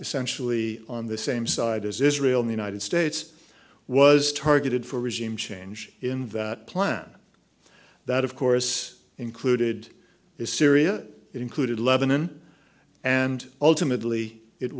essentially on the same side as israel the united states was targeted for regime change in that plan that of course included is syria it included lebanon and ultimately it